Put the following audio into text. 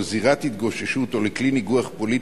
לזירת התגוששות או לכלי ניגוח פוליטי,